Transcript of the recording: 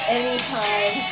anytime